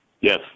Yes